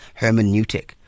hermeneutic